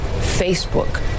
Facebook